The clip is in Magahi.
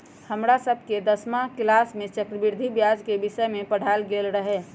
हमरा सभके दसमा किलास में चक्रवृद्धि ब्याज के विषय में पढ़ायल गेल रहै